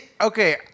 okay